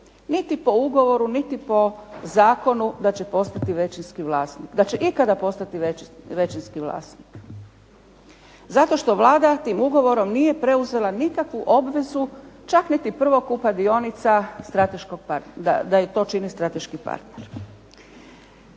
niti po ugovoru niti po zakonu da će ikada postati većinski vlasnik. Zato što Vlada tim ugovorom nije preuzela nikakvu obvezu čak niti prvokupa dionica da to čini strateški partner.